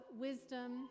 wisdom